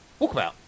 Walkabout